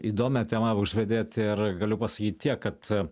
įdomią temą užvedėt ir galiu pasakyt tiek kad